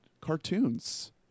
cartoons